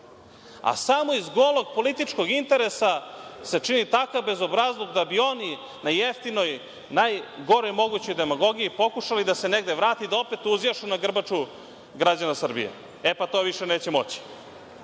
a samo iz golog političkog interesa se čini takav bezobrazluk da bi oni na jeftinoj, najgore mogućoj demagogiji pokušali da se negde vrate i da opet uzjašu na grbaču građana Srbije. E, pa to više neće moći.